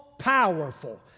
Powerful